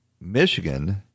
Michigan